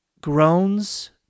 groans